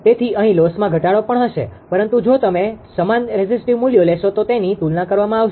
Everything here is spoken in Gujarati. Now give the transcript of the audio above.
તેથી અહી લોસમાં ઘટાડો પણ હશે પરંતુ જો તમે સમાન રેઝિસ્ટીવ મૂલ્યો લેશો તો તેની તુલના કરવામાં આવશે